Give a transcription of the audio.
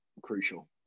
crucial